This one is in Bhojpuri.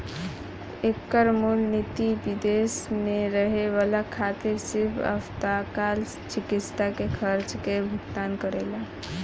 एकर मूल निति विदेश में रहे वाला खातिर सिर्फ आपातकाल चिकित्सा के खर्चा के भुगतान करेला